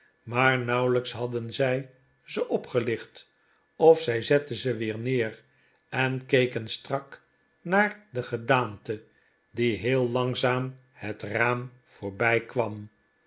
maar nauwelijks hadden zij ze opgelicht of zij zetten ze weer neer en keken strak naar de gedaante die heel langzaam het raam